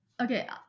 okay